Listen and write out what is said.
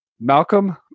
Malcolm